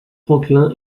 franklin